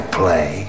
play